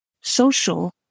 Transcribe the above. social